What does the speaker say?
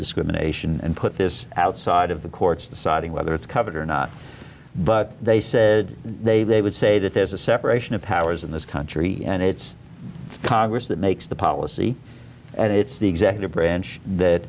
discrimination and put this outside of the courts deciding whether it's covered or not but they said they would say that there's a separation of powers in this country and it's congress that makes the policy and it's the executive branch that